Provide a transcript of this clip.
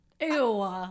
Ew